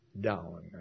down